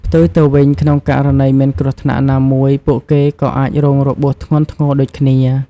ផ្ទុយទៅវិញ ក្នុងករណីមានគ្រោះថ្នាក់ណាមួយ ពួកគេក៏អាចរងរបួសធ្ងន់ធ្ងរដូចគ្នា។